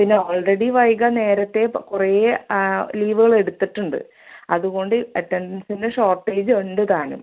പിന്നെ ഓൾറെഡി വൈഗ നേരത്തെ കുറെ ലീവ്കളെട്ത്തിട്ടുണ്ട് അതുകൊണ്ട് അറ്റൻടൻസിൻ്റെ ഷോട്ടേജുണ്ട് താനും